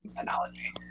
analogy